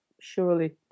surely